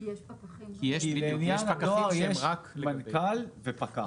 יש פקחים שהם רק --- לעניין הדואר יש מנכ"ל ופקח.